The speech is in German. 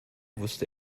wusste